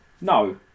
no